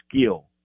skill